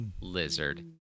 lizard